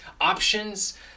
options